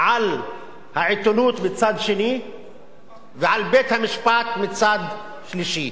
על העיתונות מצד שני ועל בית-המשפט מצד שלישי.